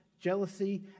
jealousy